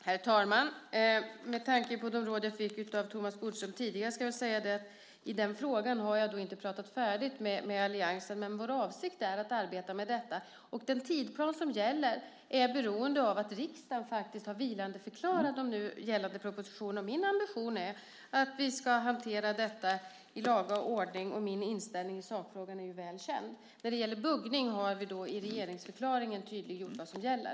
Herr talman! Med tanke på de råd som jag fick av Thomas Bodström tidigare ska jag väl säga att jag i den frågan inte har pratat färdigt med alliansen. Men vår avsikt är att arbeta med detta, och den tidsplan som gäller är beroende av att riksdagen faktiskt har vilandeförklarat de nu gällande propositionerna. Min ambition är att vi ska hantera detta i laga ordning, och min inställning i sakfrågan är väl känd. När det gäller buggning har vi i regeringsförklaringen tydliggjort vad som gäller.